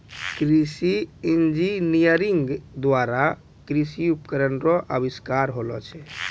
कृषि इंजीनियरिंग द्वारा कृषि उपकरण रो अविष्कार होलो छै